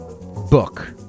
book